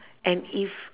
and if